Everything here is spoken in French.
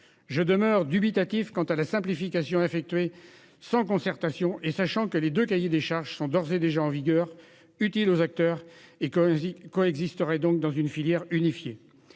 Je demeure dubitatif quant à cette simplification effectuée sans concertation, sachant que les deux cahiers des charges sont d'ores et déjà en vigueur, qu'ils sont utiles aux acteurs et qu'ils coexisteraient dans une filière unifiée.